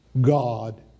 God